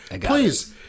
please